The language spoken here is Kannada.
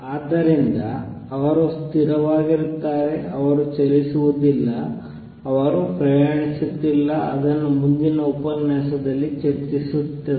ಆದ್ದರಿಂದ ಅವರು ಸ್ಥಿರವಾಗಿರುತ್ತಾರೆ ಅವರು ಚಲಿಸುವುದಿಲ್ಲ ಅವರು ಪ್ರಯಾಣಿಸುತ್ತಿಲ್ಲ ಅದನ್ನು ಮುಂದಿನ ಉಪನ್ಯಾಸದಲ್ಲಿ ಚರ್ಚಿಸುತ್ತದೆ